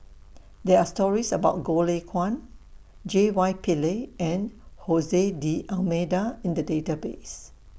There Are stories about Goh Lay Kuan J Y Pillay and Jose D'almeida in The Database